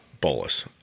bolus